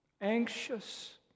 Anxious